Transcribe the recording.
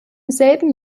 selben